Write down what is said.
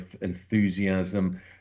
enthusiasm